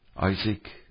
Isaac